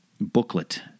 booklet